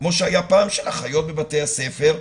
כמו שהיה פעם, של אחיות בבתי הספר.